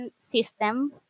system